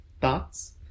Thoughts